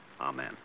Amen